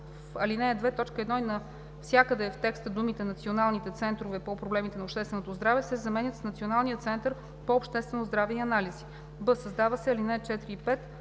ал. 2, т. 1 и навсякъде в текста думите „националните центрове по проблемите на общественото здраве“ се заменят с „Националният център по обществено здраве и анализи“. б) създават се ал. 4